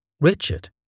Richard